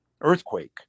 earthquake